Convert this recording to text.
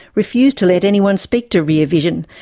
refused to let anyone speak to rear vision,